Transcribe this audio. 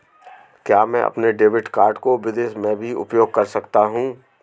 क्या मैं अपने डेबिट कार्ड को विदेश में भी उपयोग कर सकता हूं?